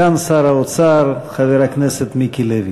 הוא סגן שר האוצר חבר הכנסת מיקי לוי.